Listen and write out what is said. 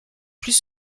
plus